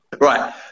Right